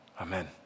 Amen